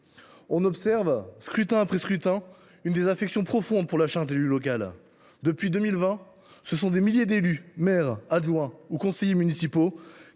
On observe, scrutin après scrutin, une désaffection profonde pour la charge d’élu local. Depuis 2020, ce sont des milliers d’élus, maires, adjoints ou conseillers municipaux,